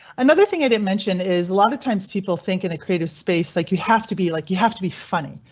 another thing i didn't mention is a lot of times people think in a creative space like you have to be like. you have to be funny,